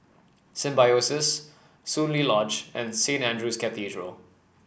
Symbiosis Soon Lee Lodge and Saint Andrew's Cathedral